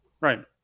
Right